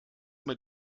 mir